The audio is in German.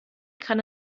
kann